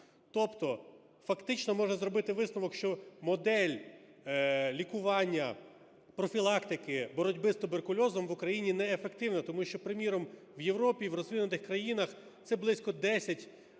Тобто фактично можна зробити висновок, що модель лікування, профілактики боротьби з туберкульозом в Україні неефективна, тому що, приміром, у Європі і в розвинутих країнах це близько 10,